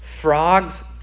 frogs